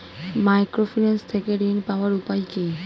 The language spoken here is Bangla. মাইক্রোফিন্যান্স থেকে ঋণ পাওয়ার উপায় কি?